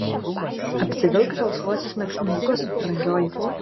apsivilk žalsvuosius naktinukus brangioji